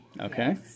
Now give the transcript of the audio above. Okay